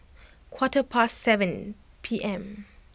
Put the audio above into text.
quarter past seven P M